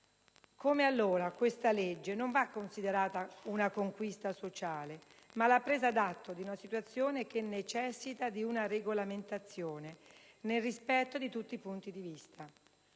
Come allora, questo provvedimento non va considerato una conquista sociale, ma la presa d'atto di una situazione che necessita di una regolamentazione, nel rispetto di tutti i punti di vista.